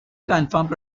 confirmed